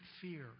fear